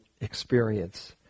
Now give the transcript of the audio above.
experience